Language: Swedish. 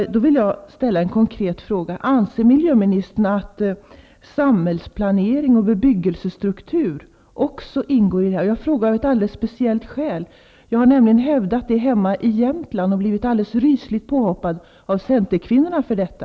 Jag vill därför ställa en konkret fråga. Anser miljöministern att också samhällsplanering och bebyggelsestruktur ingår i detta? Jag frågar av ett alldeles speciellt skäl, nämligen att jag har hävdat detta hemma i Jämtland och blivit alldeles rysligt påhoppad av centerkvinnorna för detta.